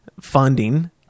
funding